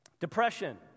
depression